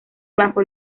bajo